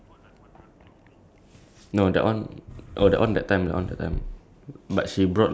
angah now~ nowadays like busy already so ya when she offer then okay then I take lah